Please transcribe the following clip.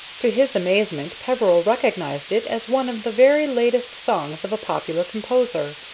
to his amazement peveril recognized it as one of the very latest songs of a popular composer,